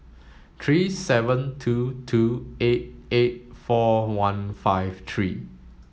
three seven two two eight eight four one five three